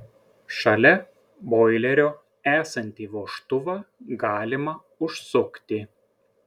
šalia boilerio esantį vožtuvą galima užsukti